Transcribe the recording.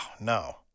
no